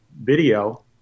video